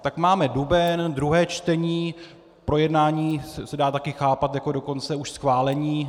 Tak máme duben, druhé čtení projednání se dá taky chápat jako dokonce už schválení.